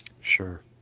Sure